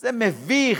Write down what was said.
זה מביך,